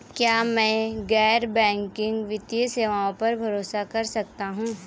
क्या मैं गैर बैंकिंग वित्तीय सेवाओं पर भरोसा कर सकता हूं?